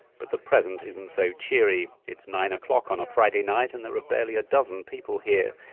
but the present isn't so cheery. it's nine o'clock on a friday night and there are barely a dozen people here.